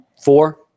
four